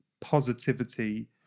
positivity